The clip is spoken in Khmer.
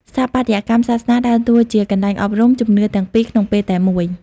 ស្ថាបត្យកម្មសាសនាដើរតួជា កន្លែងអប់រំ ជំនឿទាំងពីរក្នុងពេលតែមួយ។